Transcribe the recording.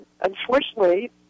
unfortunately